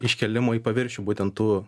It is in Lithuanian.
iškėlimų į paviršių būtent tų